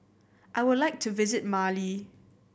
I would like to visit Mali